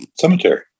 cemetery